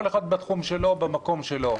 כל אחד בתחום שלו, במקום שלו.